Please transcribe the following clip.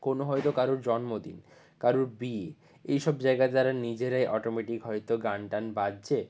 কোনো হয়তো কারোর জন্মদিন কারোর বিয়ে এই সব জায়গায় যারা নিজেরাই অটোমেটিক হয়তো গান টান বাজছে